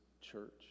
church